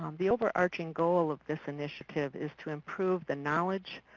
um the overarching goal of this initiative is to improve the knowledge,